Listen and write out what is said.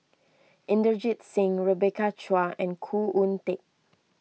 Inderjit Singh Rebecca Chua and Khoo Oon Teik